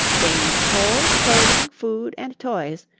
they need coal, clothing, food and toys.